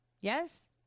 Yes